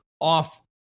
off